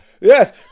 Yes